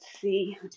see